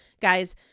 Guys